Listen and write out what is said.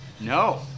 No